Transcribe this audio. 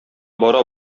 бара